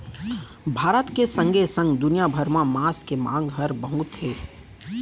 भारत के संगे संग दुनिया भर म मांस के मांग हर बहुत हे